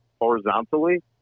horizontally